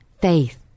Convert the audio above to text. faith